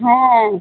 হ্যাঁ